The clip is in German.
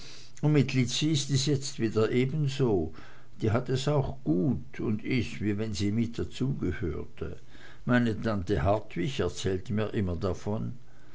und mit lizzi is es jetzt wieder ebenso die hat es auch gut un is wie wenn sie mit dazu gehörte meine tante hartwig erzählt mir immer davon